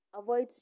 avoid